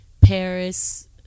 Paris